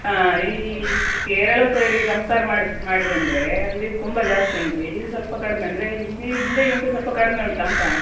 ಹಾಂ ಈ ಕೇರಳ ಸೈಡಿಗೆ ಕಂಪೇರ್ ಮಾಡಿದ ಮಾಡಿದಂದರೆ ಅಲ್ಲಿ ತುಂಬ ಜಾಸ್ತಿ ಉಂಟು ಇಲ್ಲಿ ಸ್ವಲ್ಪ ಕಡಿಮೆ ಅಂದರೆ ಹಿಂದೆ ಹಿಂದೆಗಿಂತ ಸ್ವಲ್ಪ ಕಡಿಮೆ ಉಂಟಾ ಅಂತ